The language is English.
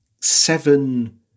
seven